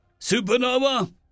Supernova